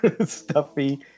Stuffy